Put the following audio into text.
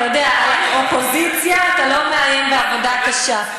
אתה יודע, על האופוזיציה אתה לא מאיים בעבודה קשה.